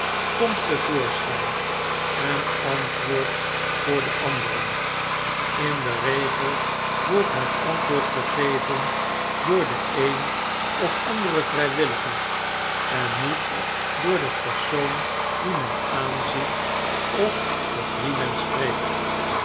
komt te voorschyn en antwoord t voor de anderen in den regel wordt het antwoord gegeven door den een of anderen vrywilliger en niet door den persoon dien men aanziet of tot wien men spreekt